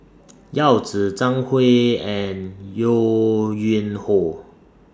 Yao Zi Zhang Hui and Yo Yuen Hoe